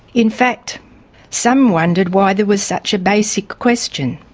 in fact some wondered why there was such a basic question.